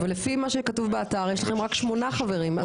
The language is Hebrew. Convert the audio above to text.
אבל לפי מה שכתוב באתר יש לכם רק שמונה חברים.